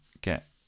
get